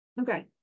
okay